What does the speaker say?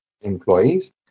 employees